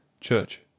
Church